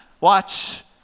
watch